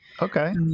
Okay